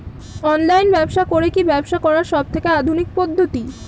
Online ব্যবসা করে কি ব্যবসা করার সবথেকে আধুনিক পদ্ধতি?